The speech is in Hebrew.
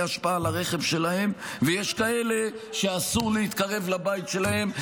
אשפה על הרכב שלהם ויש כאלה שאסור להתקרב לבית שלהם,